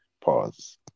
Pause